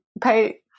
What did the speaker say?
pay